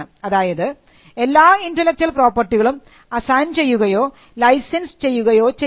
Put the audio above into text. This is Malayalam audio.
അതായത് എല്ലാ ഇന്റെലക്ച്വൽ പ്രോപ്പർട്ടികളും അസൈൻ ചെയ്യുകയോ ലൈസൻസ് ചെയ്യുകയോ ചെയ്യാം